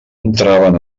entraven